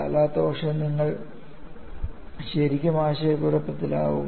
അല്ലാത്തപക്ഷം നിങ്ങൾ ശരിക്കും ആശയക്കുഴപ്പത്തിലാകും